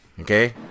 Okay